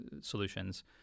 solutions